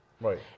Right